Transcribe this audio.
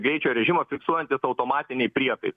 greičio rėžimą fiksuojantys automatiniai prietaisai